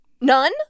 None